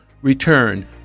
return